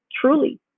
truly